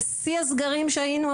בשיא הסגרים שהיינו,